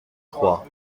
trois